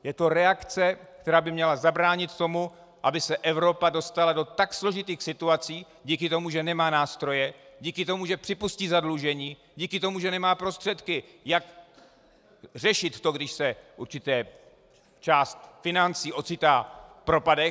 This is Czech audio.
Je to reakce, která by měla zabránit tomu, aby se Evropa dostala do tak složitých situací díky tomu, že nemá nástroje, díky tomu, že připustí zadlužení, díky tomu, že nemá prostředky, jak řešit to, když se určitá část financí ocitá v propadech.